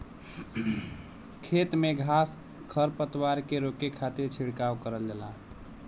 खेत में घास खर पतवार के रोके खातिर छिड़काव करल जाला